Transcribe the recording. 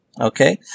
okay